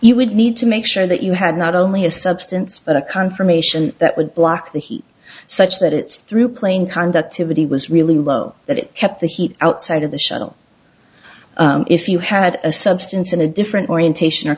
you would need to make sure that you had not only a substance but a confirmation that would block the heat such that it's through playing conductivity was really low that it kept the heat outside of the shuttle if you had a substance in a different orientation or